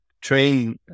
train